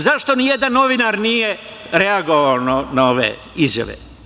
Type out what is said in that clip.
Zašto nijedan novinar nije reagovao na ove izjave?